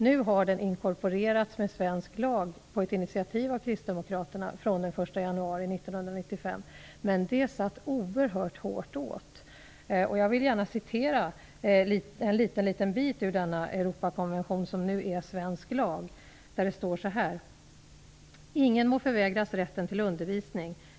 På ett initiativ av Kristdemokraterna har denna rätt nu inkorporerats med svensk lag från den 1 januari 1995 - men det satt oerhört hårt åt. Jag vill gärna läsa en liten bit ur Europakonventionen som nu är svensk lag. Det står: Ingen må förvägras rätten till undervisning.